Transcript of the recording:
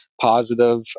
positive